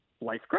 life